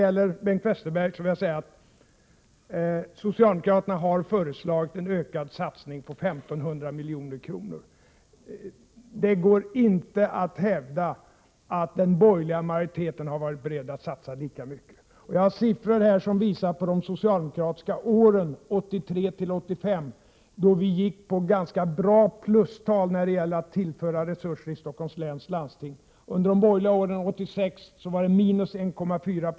Till Bengt Westerberg vill jag säga att socialdemokraterna har föreslagit en ökad satsning med 1 500 milj.kr. Det går inte att hävda att den borgerliga majoriteten har varit beredd att satsa lika mycket. Jag har siffror här som visar att vi under de socialdemokratiska åren 1983-1985 i Stockholms läns landsting låg på ganska bra plustal när det gäller att tillföra landstinget resurser. Under de borgerliga åren var det 1986 ett minus på 1,4 Jc.